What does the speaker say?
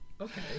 okay